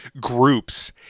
groups